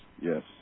Yes